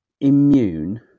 immune